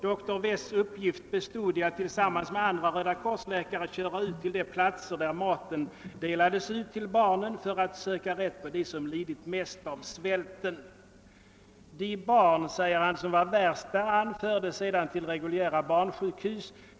Hans uppgift bestod i att tillsammans med andra rödakorsläkare köra ut till de platser där maten delades ut till barnen för att söka rätt på dem som lidit mest av svälten. »De barn«, säger han, »som var värst däran fördes sedan till reguljära barnsjukhus.